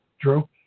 true